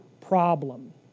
problem